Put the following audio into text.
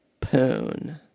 Poon